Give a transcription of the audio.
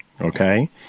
okay